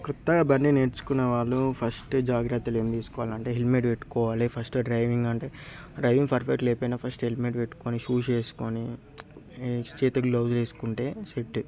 కొత్తగా బండి నేర్చుకునేవాళ్లు ఫస్ట్ జాగ్రత్తలు ఏం తీసుకోవాలంటే హెల్మెట్ పెట్టుకోవాలి ఫస్ట్ డ్రైవింగ్ అంటే డ్రైవింగ్ ఫర్ఫెక్ట్ లేపోయిన ఫస్ట్ హెల్మెట్ పెట్టుకోని షూస్ వేసుకొని చేతులకి గ్లౌజ్లు వేసుకుంటే సెట్టు